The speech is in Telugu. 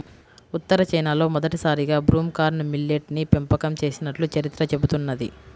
ఉత్తర చైనాలో మొదటిసారిగా బ్రూమ్ కార్న్ మిల్లెట్ ని పెంపకం చేసినట్లు చరిత్ర చెబుతున్నది